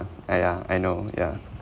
uh yeah I know yeah